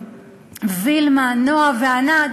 וילמה, נועה וענת.